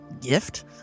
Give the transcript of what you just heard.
gift